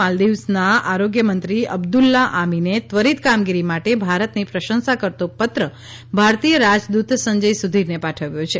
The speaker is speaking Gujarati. માલ્દીવ્સના આરોગ્યમંત્રી અબ્દુલ્લા આમીને ત્વરીત કામગીરી માટે ભારતની પ્રશંસા કરતો પત્ર ભારતીય રાજદૂત સંજય સુધીરને પાઠવ્યો છે